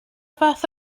fath